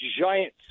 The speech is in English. giant